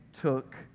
took